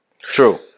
True